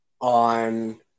on